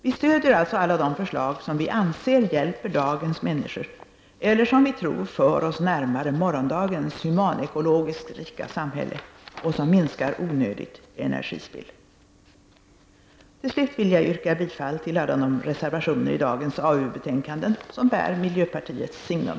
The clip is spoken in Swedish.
Vi stödjer alltså alla de förslag som vi anser hjälper dagens människor eller som vi tror för oss närmare morgondagens humanekologiskt rika samhälle och som minskar onödigt energispill. Till slut vill jag yrka bifall till alla de reservationer till dagens AU-betänkande som bär miljöpartiets signum.